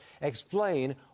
Explain